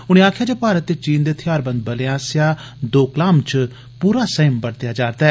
उनें आखेआ जे भारत ते चीन दे थेहारबंद बलें आसेआ दोकलाम च पूरा संयम बरतेया जा'रदा ऐ